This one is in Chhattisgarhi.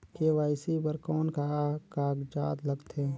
के.वाई.सी बर कौन का कागजात लगथे?